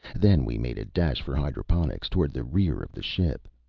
then we made a dash for hydroponics, toward the rear of the ship.